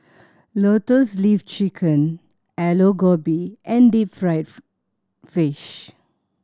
Lotus Leaf Chicken Aloo Gobi and deep fried fish